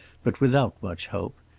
but without much hope.